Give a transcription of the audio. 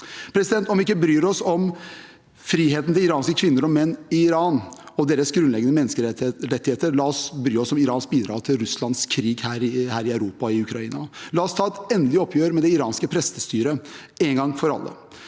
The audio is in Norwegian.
rådgivere. Om vi ikke bryr oss om friheten til iranske kvinner og menn i Iran og deres grunnleggende menneskerettigheter, la oss bry oss om Irans bidrag til Russlands krig her i Europa og i Ukraina. La oss ta et endelig oppgjør med det iranske prestestyret – en gang for alle.